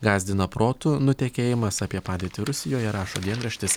gąsdina protų nutekėjimas apie padėtį rusijoje rašo dienraštis